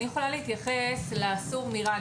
אני יכולה להתייחס לסור מרע.